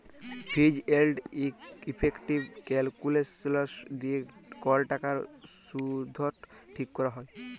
ফিজ এলড ইফেকটিভ ক্যালকুলেসলস দিয়ে কল টাকার শুধট ঠিক ক্যরা হ্যয়